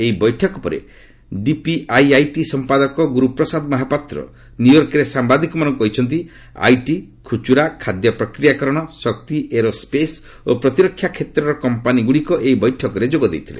ଏହି ବୈଠକ ପରେ ଡିପିଆଇଆଇଟି ସମ୍ପାଦକ ଗୁରୁପ୍ରସାଦ ମହାପାତ୍ର ନ୍ୟୁୟର୍କରେ ସାମ୍ବାଦିକମାନଙ୍କୁ କହିଛନ୍ତି ଆଇଟି ଖୁଚୁରା ଖାଦ୍ୟପ୍ରକ୍ରିୟାକରଣ ଶକ୍ତି ଏରୋସେଶ ଓ ପ୍ରତିରକ୍ଷା କ୍ଷେତ୍ରର କମ୍ପାନୀଗୁଡ଼ିକ ଏହି ବୈଠକରେ ଯୋଗ ଦେଇଥିଲେ